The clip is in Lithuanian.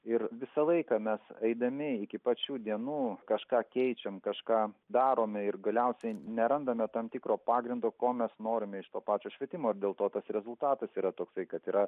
ir visą laiką mes eidami iki pat šių dienų kažką keičiam kažką darome ir galiausiai nerandame tam tikro pagrindo ko mes norime iš to pačio švietimo ir dėl to tas rezultatas yra toksai kad yra